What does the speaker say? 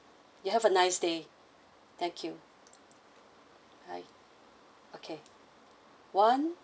you have a nice day thank you bye okay one